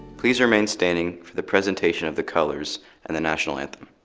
please remain standing for the presentation of the colors and the national anthem.